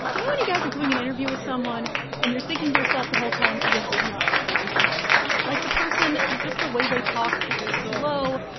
you know when you guys are doing an interview with someone and you're thinking to yourself the whole time, this is not going to work on the radio? like, the person just the way they talk, it's slow,